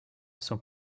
sont